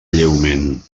lleument